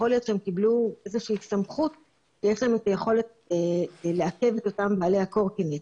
קיבלו איזה שהיא סמכות ויש להם סמכות לעכב את אותם בעלי הקורקינט.